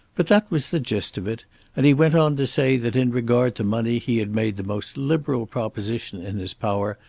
but that was the gist of it and he went on to say that in regard to money he had made the most liberal proposition in his power,